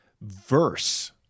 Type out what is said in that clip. verse